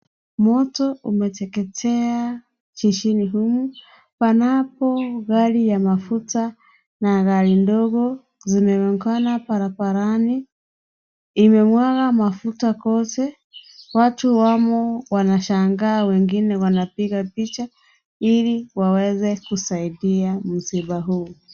Moto umeteketea jijini humu panapongari ya mafuta na gari ndogo zimeungana barabarani ,imemwaga mafuta ,watu wamo wanashangaa, wengine wanapiga picha ilinwaweze kusaidia msiba huu.